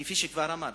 כפי שכבר אמרתי,